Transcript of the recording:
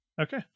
Okay